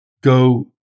go